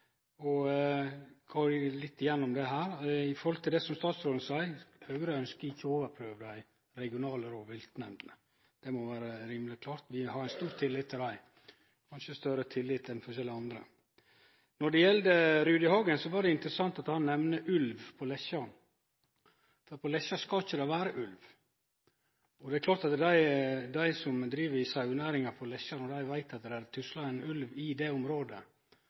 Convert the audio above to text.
Til det som statsråden seier: Høgre ønskjer ikkje å overprøve dei regionale rovviltnemndene. Det må vere rimeleg klart. Vi har stor tillit til dei – kanskje større tillit enn visse andre. Når det gjeld Rudihagen, var det interessant at han nemnde ulv på Lesja, for på Lesja skal det ikkje vere ulv. Det er klart at når dei som driv i sauenæringa på Lesja, veit at det tuslar ein ulv i det området,